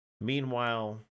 Meanwhile